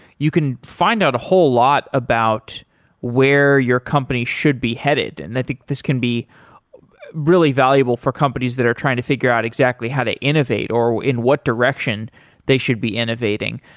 you can find out a whole lot about where your company should be headed. and i think this can be really valuable for companies that are trying to figure out exactly how to innovate or in what direction they should be innovating.